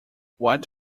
what